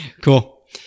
Cool